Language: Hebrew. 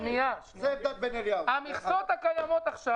לגבי נוסח תקנות,